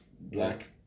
black